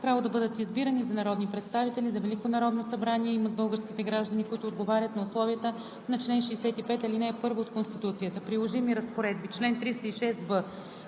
Право да бъдат избирани за народни представители за Велико народно събрание имат българските граждани, които отговарят на условията на чл. 65, ал. 1 от Конституцията. Приложими разпоредби Чл. 306б.